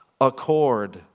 accord